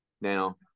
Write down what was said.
Now